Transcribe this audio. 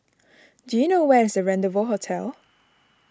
do you know where is Rendezvous Hotel